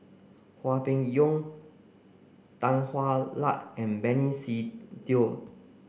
Hwang Peng Yuan Tan Hwa Luck and Benny Se Teo